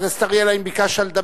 חבר הכנסת אריאל, האם ביקשת לדבר?